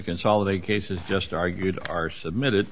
consolidate cases just argued are submitted